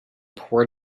poor